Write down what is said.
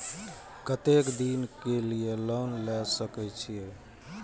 केते दिन के लिए लोन ले सके छिए?